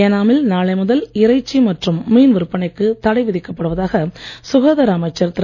ஏனாமில் நாளை முதல் இறைச்சி மற்றும் மீன் விற்பனைக்கு தடை விதிக்கப்படுவதாக சுகாதார அமைச்சர் திரு